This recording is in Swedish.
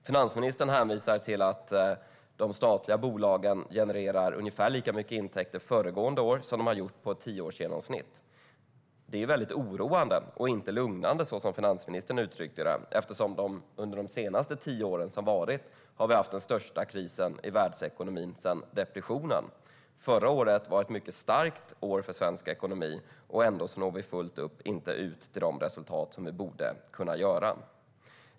Finansministern hänvisar till att de statliga bolagen genererade ungefär lika mycket intäkter föregående år som de har gjort enligt ett tioårsgenomsnitt. Detta är oroande - inte lugnande som finansministern uttryckte det - eftersom vi under de senaste tio åren har haft den största krisen i världsekonomin sedan depressionen. Förra året var ett mycket starkt år för svensk ekonomi, och ändå når vi inte till fullo de resultat som vi borde kunna nå.